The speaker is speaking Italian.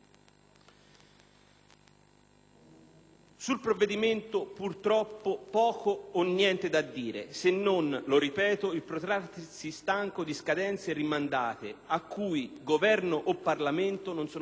Sul provvedimento, purtroppo, poco o niente da dire, se non, lo ripeto, il protrarsi stanco di scadenze rimandate a cui Governo o Parlamento non sono stati in grado di adempiere,